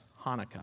Hanukkah